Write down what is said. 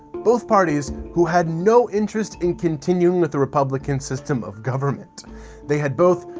both parties who had no interest in continuing with the republican system of government they had both,